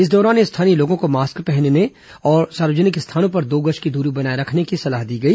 इस दौरान स्थानीय लोगों को मास्क पहनने और सार्वजनिक स्थानों पर दो गज की दूरी बनाए रखने की सलाह दी गई